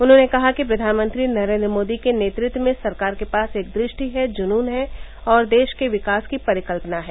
उन्होंने कहा कि प्रघानमंत्री नरेन्द्र मोदी के नेतृत्व में सरकार के पास एक दृष्टि है जून्न है और देश के विकास की परिकल्पना है